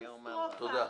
תודה.